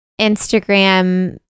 Instagram